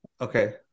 Okay